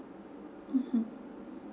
mmhmm